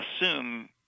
assume